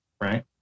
right